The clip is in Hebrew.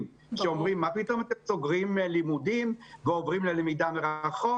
שאומרים: מה פתאום אתם סוגרים לימודים ועוברי ללמידה מרחוק?